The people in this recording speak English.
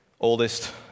oldest